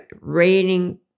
raining